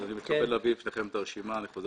כאמור,